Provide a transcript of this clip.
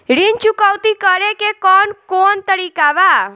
ऋण चुकौती करेके कौन कोन तरीका बा?